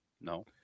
no